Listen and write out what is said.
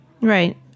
Right